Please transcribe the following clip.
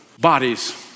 bodies